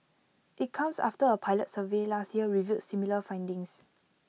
IT comes after A pilot survey last year revealed similar findings